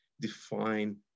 define